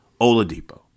Oladipo